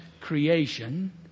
creation